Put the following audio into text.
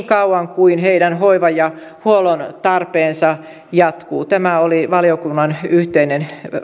kauan kuin heidän hoivan ja huollon tarpeensa jatkuvat tämä oli valiokunnan yhteinen